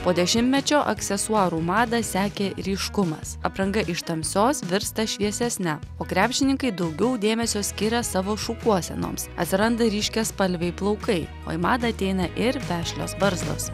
po dešimtmečio aksesuarų madą sekė ryškumas apranga iš tamsios virsta šviesesne o krepšininkai daugiau dėmesio skiria savo šukuosenoms atsiranda ryškiaspalviai plaukai o į madą ateina ir vešlios barzdos